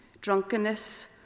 drunkenness